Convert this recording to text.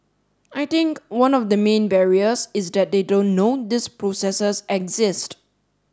I think one of the main barriers is that they don't know these processes exist